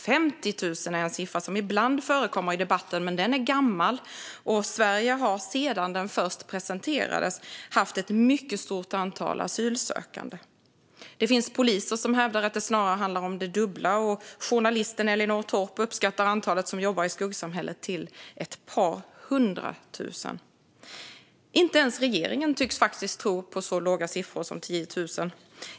50 000 är en siffra som ibland förekommer i debatten. Men den är gammal, och Sverige har sedan den först presenterades haft ett mycket stort antal asylsökande. Det finns poliser som hävdar att det snarare handlar om det dubbla. Journalisten Elinor Torp uppskattar antalet som jobbar i skuggsamhället till "ett par hundratusen". Inte ens regeringen tycks tro på så låga siffror som 10 000.